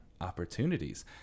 opportunities